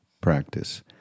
practice